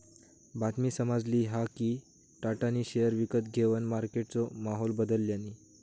बातमी समाजली हा कि टाटानी शेयर विकत घेवन मार्केटचो माहोल बदलल्यांनी